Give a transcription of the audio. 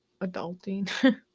adulting